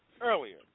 earlier